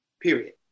period